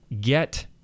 get